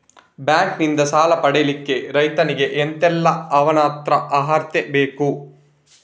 Bank ನಿಂದ ಸಾಲ ಪಡಿಲಿಕ್ಕೆ ರೈತನಿಗೆ ಎಂತ ಎಲ್ಲಾ ಅವನತ್ರ ಅರ್ಹತೆ ಬೇಕು?